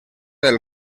del